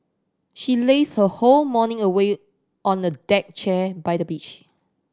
she lazed her whole morning away on a deck chair by the beach